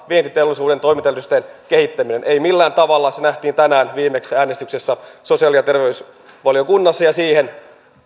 vientiteollisuuden toimintaedellytysten kehittäminen ei millään tavalla se nähtiin tänään viimeksi äänestyksessä sosiaali ja terveysvaliokunnassa ja siihen